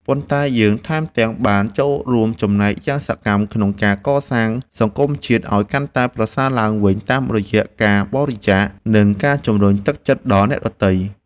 ប៉ុន្តែយើងថែមទាំងបានចូលរួមចំណែកយ៉ាងសកម្មក្នុងការកសាងសង្គមជាតិឱ្យកាន់តែប្រសើរឡើងតាមរយៈការបរិច្ចាគ និងការជម្រុញទឹកចិត្តដល់អ្នកដទៃ។